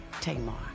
Tamar